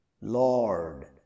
Lord